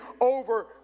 over